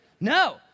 No